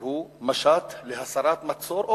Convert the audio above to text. שהוא משט להסרת מצור.